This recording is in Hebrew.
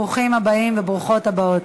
ברוכים הבאים וברוכות הבאות.